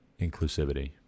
inclusivity